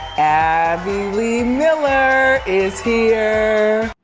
abby lee miller is here.